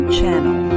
Channel